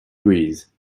breeze